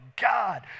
God